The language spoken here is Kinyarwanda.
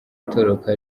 atoroka